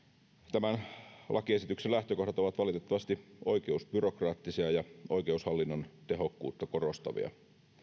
tämän lakiesityksen lähtökohdat ovat valitettavasti oikeusbyrokraattisia ja oikeushallinnon tehokkuutta korostavia